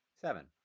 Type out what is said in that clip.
Seven